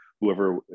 whoever